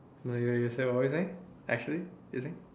ya ya what were you saying actually you think